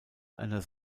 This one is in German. einer